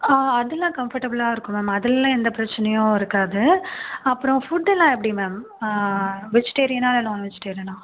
ஆ அதெலாம் கம்ஃபர்ட்டபுளாக இருக்கும் மேம் அதுலெலாம் எந்த பிரச்சினையும் இருக்காது அப்றோம் ஃபுட்டெலாம் எப்படி மேம் வெஜிட்டேரியனா இல்லை நான்வெஜிட்டேரியனா